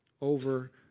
over